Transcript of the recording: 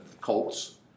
Colts